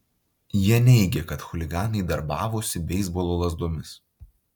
jie neigė kad chuliganai darbavosi beisbolo lazdomis